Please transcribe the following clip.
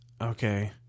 okay